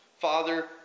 Father